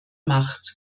macht